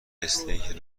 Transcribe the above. استیک